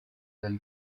del